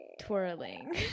Twirling